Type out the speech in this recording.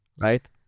Right